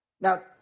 Now